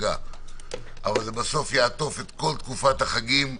זה בסוף יעטוף את כל תקופת החגים,